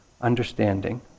understanding